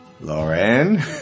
Lauren